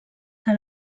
que